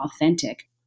authentic